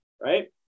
right